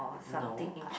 no